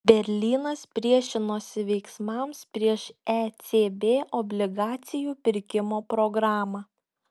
berlynas priešinosi veiksmams prieš ecb obligacijų pirkimo programą